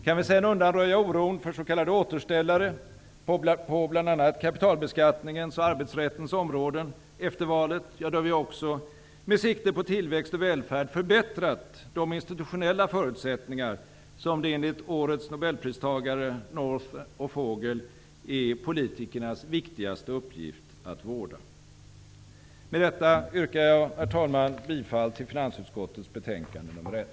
Kan vi sedan undanröja oron för s.k. återställare på bl.a. kapitalbeskattningens och arbetsrättens områden efter valet, har vi också med sikte på tillväxt och välfärd förbättrat de institutionella förutsättningar som det enligt årets nobelpristagare North och Fogel är politikernas viktigaste uppgift att vårda. Herr talman! Med detta yrkar jag bifall till hemställan i finansutskottets betänkande nr 1.